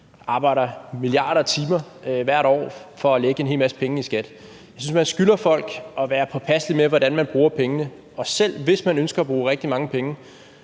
slæber milliarder af timer hvert år for at lægge en hel masse penge i skat. Jeg synes, man skylder folk at være påpasselig med, hvordan man bruger pengene, og selv hvis man ønsker at bruge rigtig mange penge,